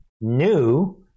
new